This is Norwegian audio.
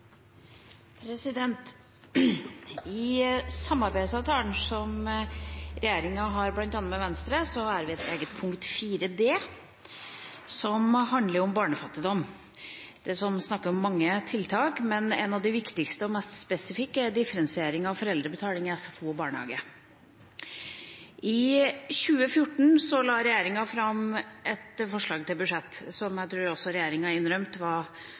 I samarbeidsavtalen som regjeringa har bl.a. med Venstre, har vi et eget punkt – 4 d – som handler om barnefattigdom. Det er snakk om mange tiltak, men et av de viktigste og mest spesifikke er differensiering av foreldrebetaling i SFO og barnehage. I 2014 la regjeringa fram et forslag til budsjett som jeg tror også regjeringa innrømmet var